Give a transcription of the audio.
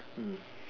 mm